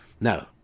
No